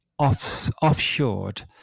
offshored